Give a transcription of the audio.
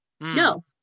No